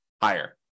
higher